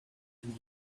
and